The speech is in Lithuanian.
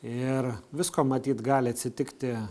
ir visko matyt gali atsitikti